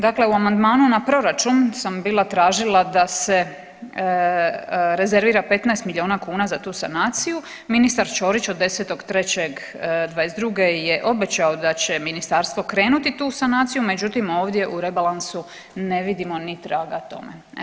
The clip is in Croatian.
Dakle, u amandmanu na proračun sam bila tražila da se rezervira 15 miliona kuna za tu sanaciju, ministar Čorić od 10.3.'22. je obećao da će ministarstvo krenuti tu sanaciju, međutim ovdje u rebalansu ne vidimo ni traga tome.